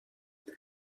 due